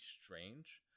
strange